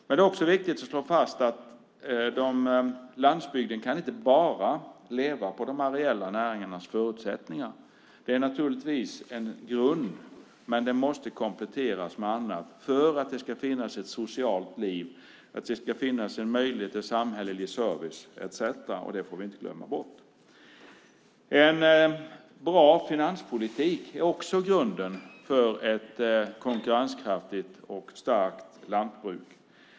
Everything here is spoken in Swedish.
Men det är också viktigt att slå fast att man på landsbygden inte bara kan leva på de areella näringarnas förutsättningar. Det är naturligtvis en grund, men det måste kompletteras med annat för att det ska finnas ett socialt liv, för att det ska finnas en möjlighet till samhällelig service etcetera. Det får vi inte glömma bort. En bra finanspolitik är också grunden för ett konkurrenskraftigt och starkt lantbruk.